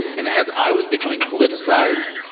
and as i was becoming politicized,